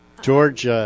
George